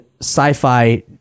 sci-fi